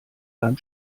beim